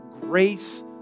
grace